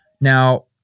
Now